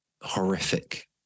Horrific